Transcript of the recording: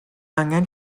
angen